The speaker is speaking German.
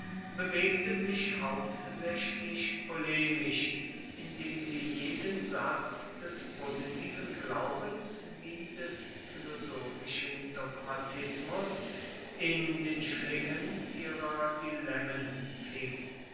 bewegte sich hauptsächlich polemisch indem sie jeden satz des positiven glaubens wie des philosophischen dogmatismus in den schlingen ihrer dilemmen fing